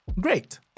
Great